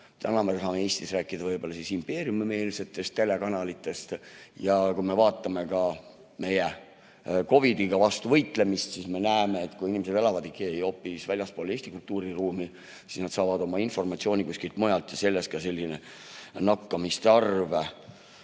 Täna me tahame Eestis rääkida võib-olla impeeriumimeelsetest telekanalitest. Kui me vaatame ka COVID‑i vastu võitlemist, siis me näeme, et kui inimesed elavad hoopis väljaspool Eesti kultuuriruumi, siis nad saavad oma informatsiooni kuskilt mujalt ja sellest ka selline nakatumiste arv.